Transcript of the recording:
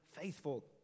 faithful